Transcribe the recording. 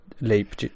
Leap